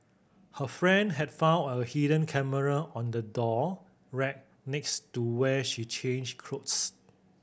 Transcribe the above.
her friend had found a hidden camera on the door rack next to where she changed clothes